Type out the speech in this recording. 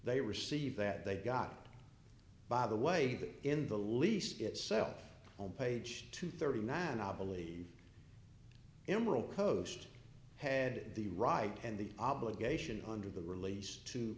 they received that they got by the way that in the lease itself on page two thirty nine i believe emerald coast had the right and the obligation under the release to